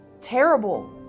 terrible